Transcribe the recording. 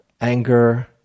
anger